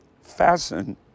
fasten